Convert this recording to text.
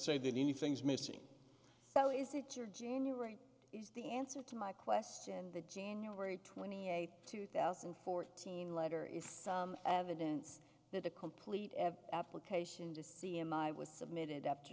say that anything is missing so is it your january is the answer to my question the january twenty eighth two thousand and fourteen letter is some evidence that the complete application to see him i was submitted